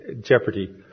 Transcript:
jeopardy